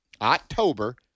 October